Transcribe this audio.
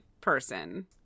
person